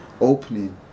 opening